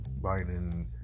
Biden